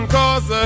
cause